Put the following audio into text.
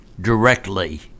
directly